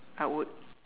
I would